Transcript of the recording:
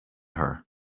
her